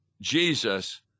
Jesus